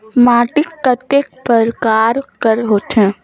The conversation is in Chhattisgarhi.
माटी कतेक परकार कर होथे?